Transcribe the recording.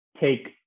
take